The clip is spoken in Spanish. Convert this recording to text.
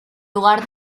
lugar